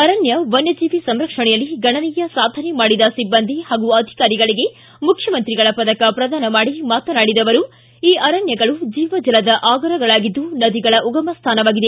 ಅರಣ್ಯ ವನ್ಯಜೀವಿ ಸಂರಕ್ಷಣೆಯಲ್ಲಿ ಗಣನೀಯ ಸಾಧನೆ ಮಾಡಿದ ಸಿಬ್ಬಂದಿ ಹಾಗೂ ಅಧಿಕಾರಿಗಳಿಗೆ ಮುಖ್ಯಮಂತ್ರಿಗಳ ಪದಕ ಶ್ರದಾನ ಮಾಡಿ ಮಾತನಾಡಿದ ಅವರು ಈ ಅರಣ್ಯಗಳು ಜೀವ ಜಲದ ಆಗರಗಳಾಗಿದ್ದು ನದಿಗಳ ಉಗಮ ಸ್ಥಾನವಾಗಿದೆ